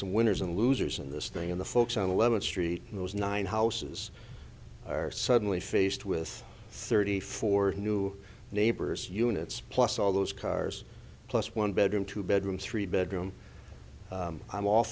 some winners and losers in this thing in the folks on eleventh street and those nine houses are suddenly faced with thirty four new neighbors units plus all those cars plus one bedroom two bedroom three bedroom i'm all